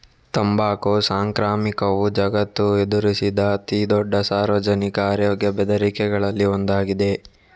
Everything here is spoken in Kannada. ತಂಬಾಕು ಸಾಂಕ್ರಾಮಿಕವು ಜಗತ್ತು ಎದುರಿಸಿದ ಅತಿ ದೊಡ್ಡ ಸಾರ್ವಜನಿಕ ಆರೋಗ್ಯ ಬೆದರಿಕೆಗಳಲ್ಲಿ ಒಂದಾಗಿದೆ